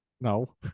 No